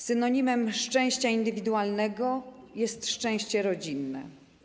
Synonimem szczęścia indywidualnego jest szczęście rodzinne.